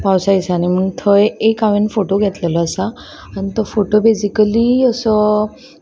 पावसा दिसांनी म्हण थंय एक हांवें फोटो घेतलेलो आसा आनी तो फोटो बेजिकली असो